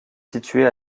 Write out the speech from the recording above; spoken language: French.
située